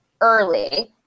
early